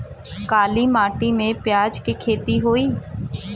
काली माटी में प्याज के खेती होई?